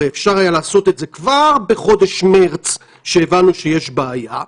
ואפשר היה לעשות את זה כבר בחודש מרס כשהבנו שיש בעיה,